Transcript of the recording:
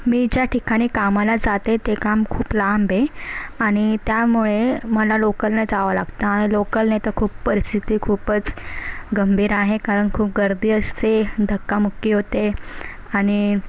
मी ज्या ठिकाणी कामाला जाते ते काम खूप लांब आहे आणि त्यामुळे मला लोकलने जावं लागतं आणि लोकलने तर खूप परिस्थिती खूपच गंभीर आहे कारण खूप गर्दी असते धक्काबुक्की होते आणि